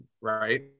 Right